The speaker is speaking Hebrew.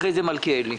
חברת הכנסת אורית.